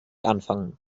anfangen